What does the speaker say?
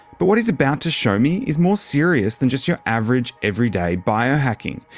but what he's about to show me is more serious than just your average everyday biohacking.